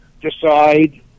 decide